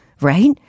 right